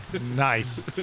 Nice